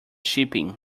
shipping